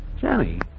Jenny